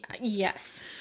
Yes